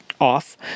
off